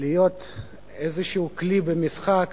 להיות איזשהו כלי במשחק